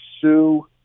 sue